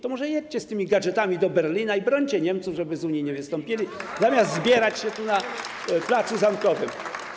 To może jedźcie z tymi gadżetami do Berlina i brońcie Niemców, żeby nie wystąpili z Unii zamiast zbierać się tu na placu Zamkowym.